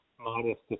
modest